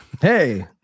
hey